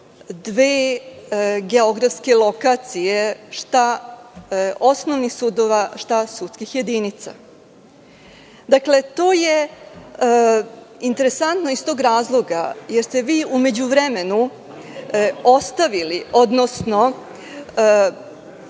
92 geografske lokacije šta osnovnih sudova, šta sudskih jedinica. Dakle, to je interesantno iz tog razloga, jer ste vi u međuvremenu ostavili, odnosno